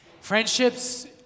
Friendships